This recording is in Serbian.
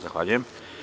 Zahvaljujem.